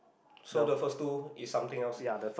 so the first two is something else